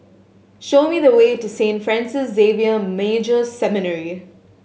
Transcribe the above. show me the way to Saint Francis Xavier Major Seminary